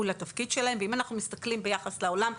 לתפקיד שלהן ואם אנחנו מסתכלים ביחס לעולם,